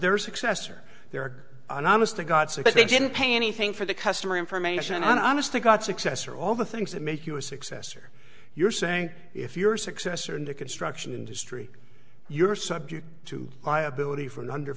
their success or there are an honest to god so they didn't pay anything for the customer information an honest to god success or all the things that make you a success or you're saying if your successor in the construction industry you're subject to liability for an under